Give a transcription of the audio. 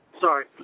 Sorry